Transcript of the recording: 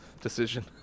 decision